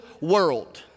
world